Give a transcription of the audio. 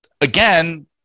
again